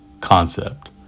concept